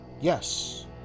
Yes